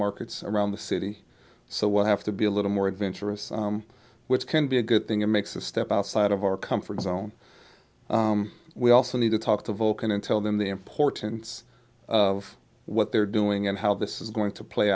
markets around the city so we'll have to be a little more adventurous which can be a good thing and makes a step outside of our comfort zone we also need to talk to vulcan and tell them the importance of what they're doing and how this is going to play